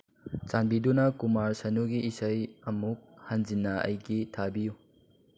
ꯆꯥꯟꯕꯤꯗꯨꯅ ꯀꯨꯃꯥꯔ ꯁꯥꯅꯨꯒꯤ ꯏꯁꯩ ꯑꯃꯨꯛ ꯍꯟꯖꯤꯟꯅ ꯑꯩꯒꯤ ꯊꯥꯕꯤꯌꯨ